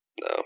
no